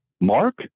Mark